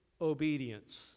obedience